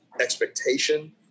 expectation